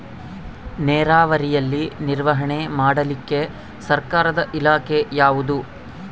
ನೇರಾವರಿಯಲ್ಲಿ ನಿರ್ವಹಣೆ ಮಾಡಲಿಕ್ಕೆ ಸರ್ಕಾರದ ಇಲಾಖೆ ಯಾವುದು?